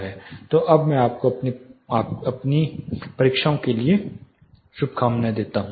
तो अब मैं आपको अपनी परीक्षा के लिए शुभकामनाएं देता हूं